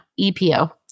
EPO